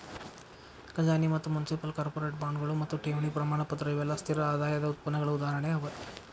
ಖಜಾನಿ ಮತ್ತ municipal, corporate ಬಾಂಡ್ಗಳು ಮತ್ತು ಠೇವಣಿ ಪ್ರಮಾಣಪತ್ರ ಇವೆಲ್ಲಾ ಸ್ಥಿರ ಆದಾಯದ್ ಉತ್ಪನ್ನಗಳ ಉದಾಹರಣೆ ಅವ